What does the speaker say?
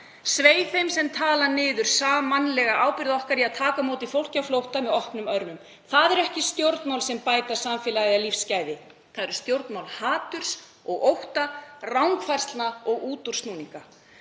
Svei þeim sem tala niður sammannlega ábyrgð okkar í að taka á móti fólki á flótta með opnum örmum. Það eru ekki stjórnmál sem bæta samfélagið eða lífsgæði. Það eru stjórnmál haturs og ótta, rangfærslna og útúrsnúninga.